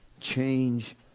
change